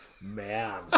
man